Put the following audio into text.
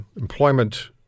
employment